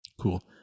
cool